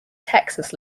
texas